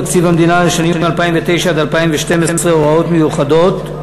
תקציב המדינה לשנים 2009 עד 2012 (הוראות מיוחדות)